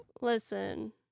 Listen